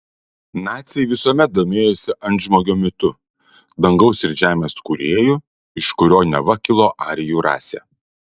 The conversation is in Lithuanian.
naciai visuomet domėjosi antžmogio mitu dangaus ir žemės kūrėju iš kurio neva kilo arijų rasė